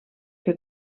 que